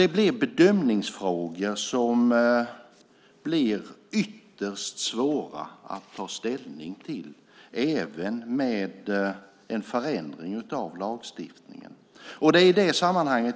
Det blir ytterst svåra bedömningsfrågor att ta ställning till även med en förändring av lagstiftningen.